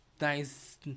nice